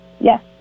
Yes